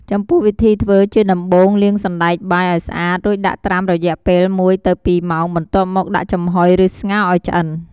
ចំពោះវិធីធ្វើ ជាដំបូង លាងសណ្តែកបាយឱ្យស្អាតរួចដាក់ត្រាំរយៈពេល ១ទៅ២ម៉ោងបន្ទាប់មកដាក់ចំហុយឬស្ងោរឱ្យឆ្អិន។